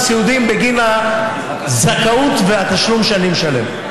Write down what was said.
סיעודיים בגין הזכאות והתשלום שאני משלם.